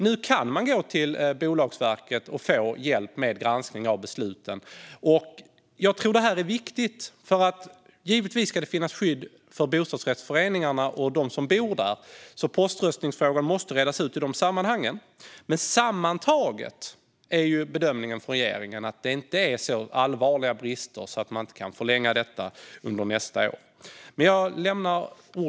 Nu kan man gå till Bolagsverket och få hjälp med granskning av besluten. Det tror jag är viktigt. Givetvis ska det finnas skydd för bostadsrättsföreningarna och dem som bor där, så frågan om poströstning i de sammanhangen måste redas ut. Men sammantaget är regeringens bedömning att det inte finns så allvarliga brister att man inte kan förlänga detta under nästa år.